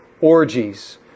orgies